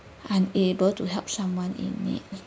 unable to help someone in need